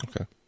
okay